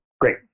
Great